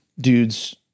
Dudes